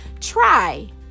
try